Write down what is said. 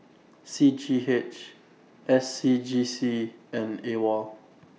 C G H S C G C and AWOL